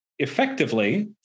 Effectively